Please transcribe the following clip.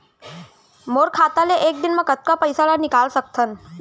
मोर खाता ले एक दिन म कतका पइसा ल निकल सकथन?